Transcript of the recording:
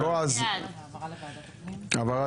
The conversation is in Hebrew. מי בעד העברה לוועדת הפנים?